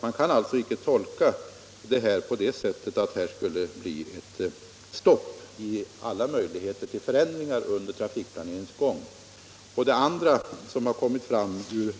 Man kan alltså inte göra tolkningen att det skulle bli ett stopp i alla förändringar under trafikplaneringens gång.